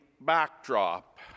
backdrop